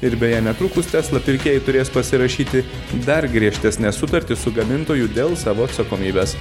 ir beje netrukus tesla pirkėjai turės pasirašyti dar griežtesnes sutartis su gamintoju dėl savo atsakomybės